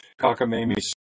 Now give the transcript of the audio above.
cockamamie